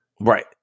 Right